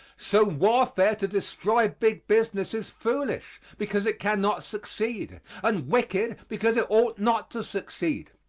so warfare to destroy big business is foolish because it can not succeed and wicked because it ought not to succeed.